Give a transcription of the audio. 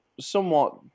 somewhat